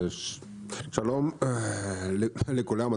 שלום לכולם,